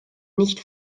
nicht